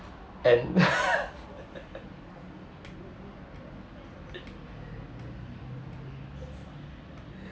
and